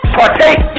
partake